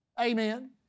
Amen